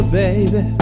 baby